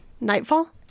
Nightfall